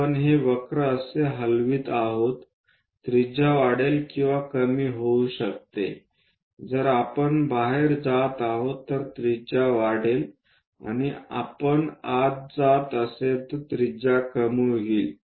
आपण हे वक्र कसे हलवित आहोत त्रिज्या वाढेल किंवा कमी होऊ शकते जर आपण बाहेर जात आहोत तर त्रिज्या वाढेल आपण आत जात असेल तर त्रिज्या कमी होते